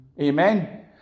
amen